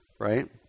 right